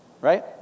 Right